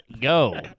go